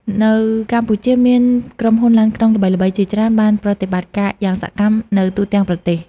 នៅកម្ពុជា មានក្រុមហ៊ុនឡានក្រុងល្បីៗជាច្រើនបានប្រតិបត្តិការយ៉ាងសកម្មនៅទូទាំងប្រទេស។